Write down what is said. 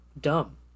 dumb